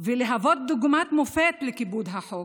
ולהוות דוגמת מופת לכיבוד החוק,